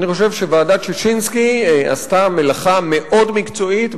אני חושב שוועדת-ששינסקי עשתה מלאכה מאוד מקצועית,